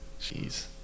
Jeez